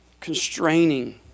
constraining